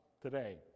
today